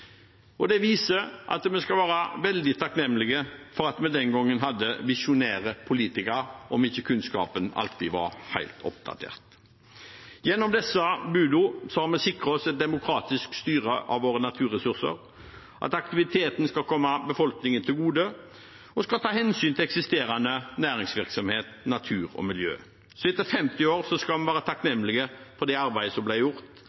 det som jeg ønsket». Det viser at vi skal være veldig takknemlige for at vi den gangen hadde visjonære politikere – om ikke kunnskapen alltid var helt oppdatert. Gjennom disse budene har vi sikret oss demokratisk styre av våre naturressurser. Aktiviteten skal komme befolkningen til gode og skal ta hensyn til eksisterende næringsvirksomhet, natur og miljø. Etter 50 år skal vi være takknemlige for det arbeidet som ble gjort,